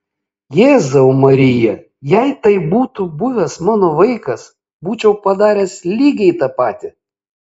jėzau marija jei tai būtų buvęs mano vaikas būčiau padaręs lygiai tą patį